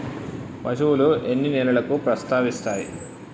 పశువులు ఎన్ని నెలలకు ప్రసవిస్తాయి?